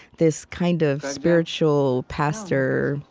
this kind of spiritual pastor,